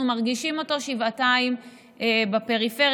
אנחנו מרגישים אותו שבעתיים בפריפריה,